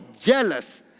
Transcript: jealous